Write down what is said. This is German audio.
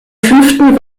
fünften